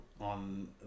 on